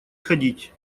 ходить